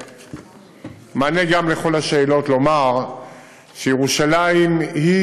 במענה על כל השאלות לומר שירושלים היא,